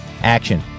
action